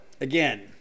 again